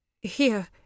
Here